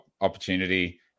opportunity